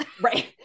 Right